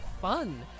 fun